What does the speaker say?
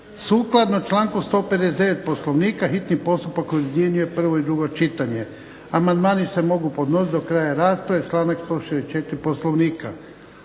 Sukladno članku 159. Poslovnika hitni postupak objedinjuje prvo i drugo čitanje. Amandmani se mogu podnositi do kraja rasprave, članak 164. Poslovnika.